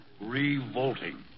Revolting